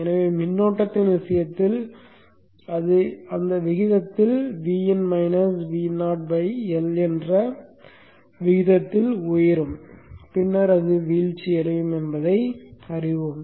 எனவே மின்னோட்டத்தின் விஷயத்தில் அது அந்த விகிதத்தில் Vin -Vo L என்ற விகிதத்தில் உயர்கிறது பின்னர் அது வீழ்ச்சியடைகிறது என்பதை அறிவோம்